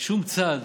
שום צד,